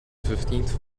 fifteenth